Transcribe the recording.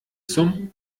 zum